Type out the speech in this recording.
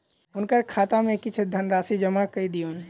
हुनकर खाता में किछ धनराशि जमा कय दियौन